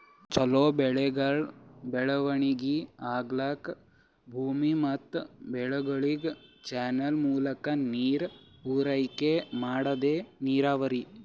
ಛಲೋ ಬೆಳೆಗಳ್ ಬೆಳವಣಿಗಿ ಆಗ್ಲಕ್ಕ ಭೂಮಿ ಮತ್ ಬೆಳೆಗಳಿಗ್ ಚಾನಲ್ ಮೂಲಕಾ ನೀರ್ ಪೂರೈಕೆ ಮಾಡದೇ ನೀರಾವರಿ